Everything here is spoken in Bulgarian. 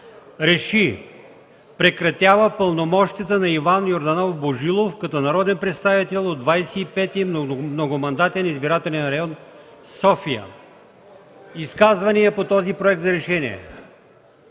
РЕШИ: Прекратява пълномощията на Иван Йорданов Божилов като народен представител от 25. многомандатен избирателен район – София.” Изказвания по този проект на решение?